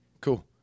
Cool